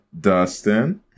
Dustin